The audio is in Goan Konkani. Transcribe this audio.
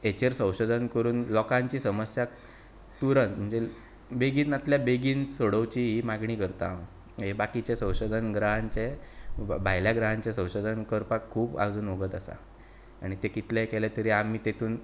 हेचेर संशोधन करून लोकांची समस्या तुरंत म्हणजे बेगिनांतल्या बेगीन सोडोवची ही मागणी करतां हांव आनी बाकिचें संशोधन ग्रहांचें भायल्या ग्रहांचें संशोधन करपाक खूब आजून वगत आसा आनी तें कितलेंय केलें तें आमी तितूंत